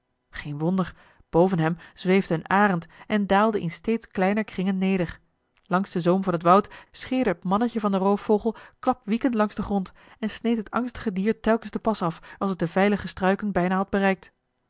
geen wonder boven hem zweefde een arend en daalde in steeds kleiner kringen neder langs den zoom van het woud scheerde het mannetje van den roofvogel klapwiekend langs den grond en sneed het angstige dier telkens den pas af als het de veilige struiken bijna had bereikt